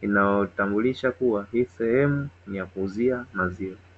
inayotambulisha kuwa hii sehemu ni ya kuuzia maziwa.